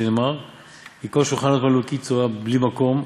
שנאמר 'כי כל שלחנות מלאו קיא צאה בלי מקום'.